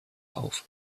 auf